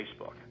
Facebook